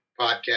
podcast